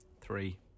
Three